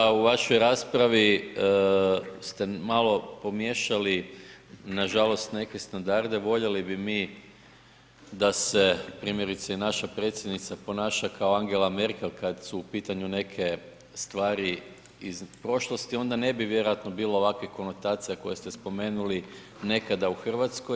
Mislim da u vašoj raspravi ste malo pomiješali nažalost neke standarde, voljeli bi mi da se primjerice i naša predsjednica ponaša kao Angela Merkel kada su u pitanju neke stvari iz prošlosti onda ne bi vjerojatno bilo ovakvih konotacija koje ste spomenuli nekada u Hrvatskoj.